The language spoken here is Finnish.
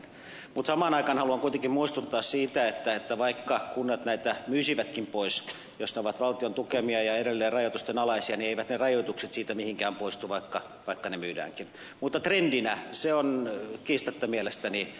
mutta samaan aikaan haluan kuitenkin muistuttaa siitä että vaikka kunnat näitä myisivätkin pois niin jos ne ovat valtion tukemia ja edelleen rajoitusten alaisia eivät ne rajoitukset siitä mihinkään poistu vaikka ne myydäänkin mutta trendinä se on kiistatta mielestäni huolestuttava